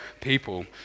people